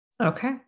Okay